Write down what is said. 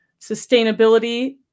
sustainability